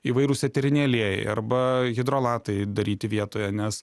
įvairūs eteriniai aliejai arba hidrolatai daryti vietoje nes